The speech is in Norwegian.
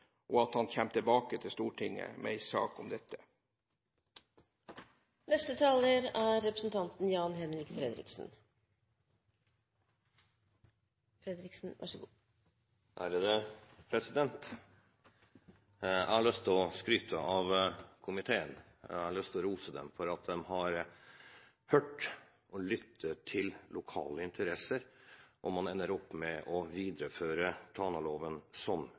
og at han kommer tilbake til Stortinget med en sak om dette. Jeg har lyst til å skryte av komiteen. Jeg har lyst til å rose dem for at de har lyttet til lokale interesser, og at man ender opp med å videreføre Tanaloven som